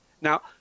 now